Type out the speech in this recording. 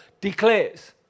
declares